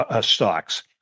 stocks